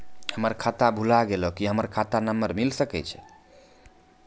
हमर खाता भुला गेलै, की हमर खाता नंबर मिले सकय छै?